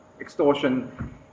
extortion